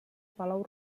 palau